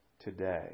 today